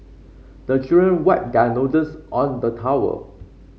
the children wipe their noses on the towel